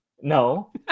No